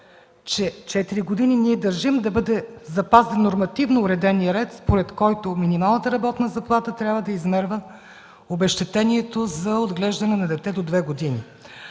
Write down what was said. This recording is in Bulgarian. че 4 години ние държим да бъде запазен нормативно уреденият ред, според който минималната работна заплата трябва да измерва обезщетението за отглеждане на дете до 2 години.